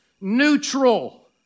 neutral